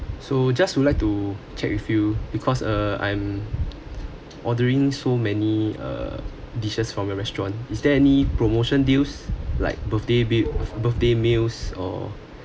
so just would like to check with you because uh I'm ordering so many uh dishes from your restaurant is there any promotion deals like birthday bi~ birthday meals or